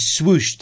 swooshed